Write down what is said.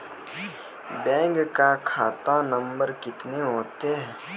Bank का खाता number कितने होते हैं?